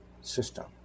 system